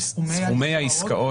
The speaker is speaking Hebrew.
שסכומי העסקאות?